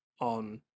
on